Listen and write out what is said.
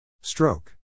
Stroke